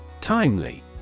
Timely